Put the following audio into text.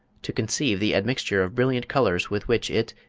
to conceive the admixture of brilliant colours with which it,